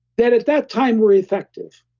that at that time were effective,